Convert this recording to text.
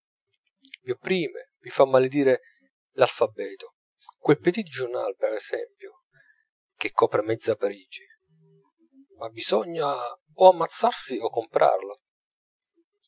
vi opprime vi fa maledire l'alfabeto quel petit journal per esempio che copre mezza parigi ma bisogna o ammazzarsi o comprarlo